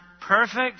perfect